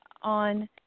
on